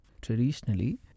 Traditionally